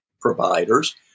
providers